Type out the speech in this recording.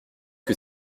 que